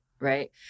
right